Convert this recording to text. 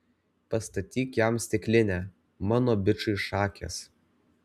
pastatyk jam stiklinę mano bičui šakės